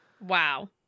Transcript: Wow